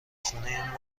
خونه